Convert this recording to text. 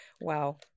Wow